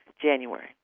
January